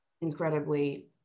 incredibly